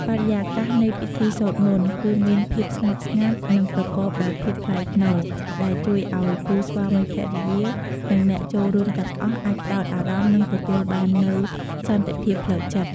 បរិយាកាសនៃពិធីសូត្រមន្ត គឺមានភាពស្ងប់ស្ងាត់ និងប្រកបដោយភាពថ្លៃថ្នូរ ដែលជួយឲ្យគូស្វាមីភរិយា និងអ្នកចូលរួមទាំងអស់អាចផ្តោតអារម្មណ៍ និងទទួលបាននូវសន្តិភាពផ្លូវចិត្ត។